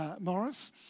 Morris